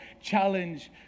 challenge